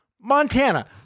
montana